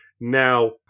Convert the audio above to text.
now